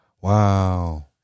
Wow